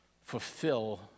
fulfill